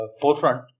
forefront